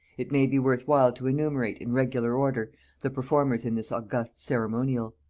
it may be worth while to enumerate in regular order the performers in this august ceremonial.